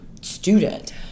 student